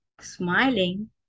smiling